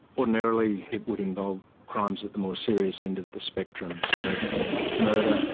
ordinarily it would involve crimes at the more serious end of the spectrum. so murder,